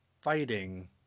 fighting